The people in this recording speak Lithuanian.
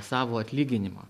savo atlyginimo